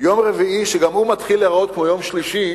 שיום רביעי, גם הוא מתחיל להיראות כמו יום שלישי.